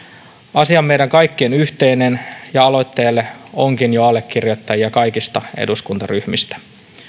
asia on meidän kaikkien yhteinen ja aloitteelle onkin jo allekirjoittajia kaikista eduskuntaryhmistä